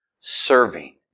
serving